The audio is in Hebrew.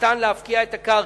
ניתן להפקיע את הקרקע.